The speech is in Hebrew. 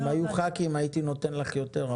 אם היו פה חברי כנסת הייתי נותן לך יותר,